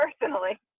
Personally